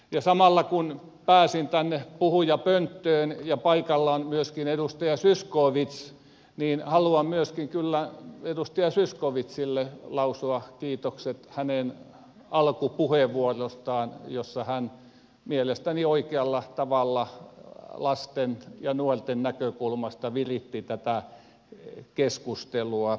ja samalla kun pääsin tänne puhujapönttöön ja paikalla on myöskin edustaja zyskowicz haluan kyllä myöskin edustaja zyskowiczille lausua kiitokset hänen alkupuheenvuorostaan jossa hän mielestäni oikealla tavalla lasten ja nuorten näkökulmasta viritti tätä keskustelua